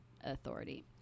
authority